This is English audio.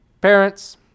parents